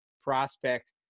prospect